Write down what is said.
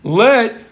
let